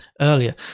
earlier